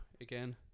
again